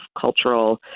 cultural